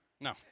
No